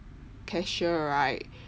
cashier right